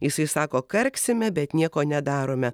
jisai sako karksime bet nieko nedarome